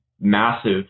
massive